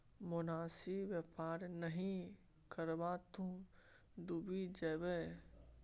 मोनासिब बेपार नहि करब तँ डुबि जाएब